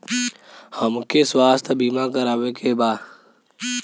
हमके स्वास्थ्य बीमा करावे के बा?